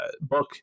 book